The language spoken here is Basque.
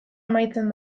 amaitzen